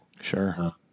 Sure